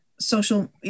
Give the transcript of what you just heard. social